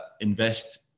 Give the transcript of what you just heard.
invest